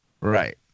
Right